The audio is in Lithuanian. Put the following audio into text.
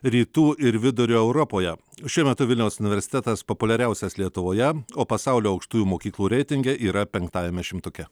rytų ir vidurio europoje šiuo metu vilniaus universitetas populiariausias lietuvoje o pasaulio aukštųjų mokyklų reitinge yra penktąjame šimtuke